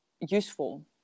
useful